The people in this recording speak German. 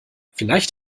vielleicht